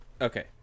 Okay